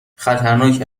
خطرناک